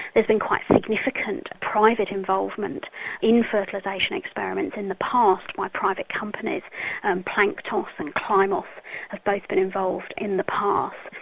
there's been quite significant private involvement in fertilisation experiments in the past by private companies planktos and climoth have both been involved in the past.